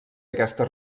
aquesta